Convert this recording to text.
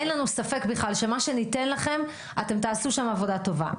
אין לנו ספק בכלל שמה שניתן לכם אתם תעשו שם עבודה טובה.